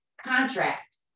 contract